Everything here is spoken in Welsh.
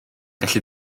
gallu